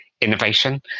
innovation